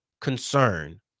concern